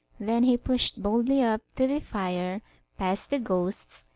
then he pushed boldly up to the fire past the ghosts,